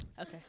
Okay